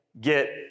get